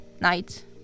night